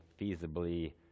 feasibly